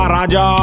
Raja